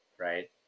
right